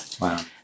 Wow